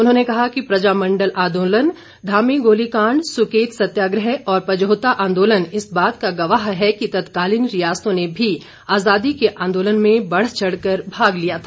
उन्होंने कहा कि प्रजामंडल आंदोलन धामी गोली कांड सुकेत सत्याग्रह और पजोहता आंदोलन इस बात का गवाह है कि तत्कालीन रियासतों ने भी आज़ादी के आंदोलन में बढ़चढ़ कर भाग लिया था